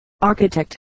Architect